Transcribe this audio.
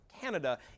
Canada